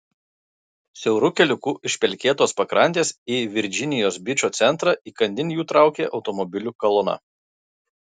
siauru keliuku iš pelkėtos pakrantės į virdžinijos bičo centrą įkandin jų traukė automobilių kolona